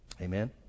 Amen